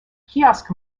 kiosk